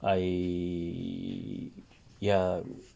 I ya